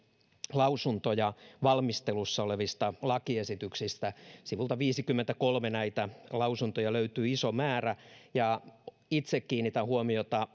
lausuntoja valmistelussa olevista lakiesityksistä sivulta viisikymmentäkolme näitä lausuntoja löytyy iso määrä ja itse kiinnitän huomiota